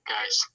Guys